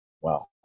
Wow